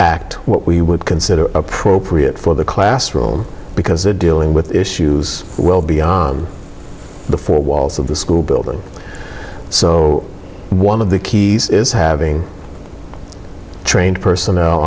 act what we would consider appropriate for the classroom because they're dealing with issues well beyond the four walls of the school building so one of the keys is having trained personnel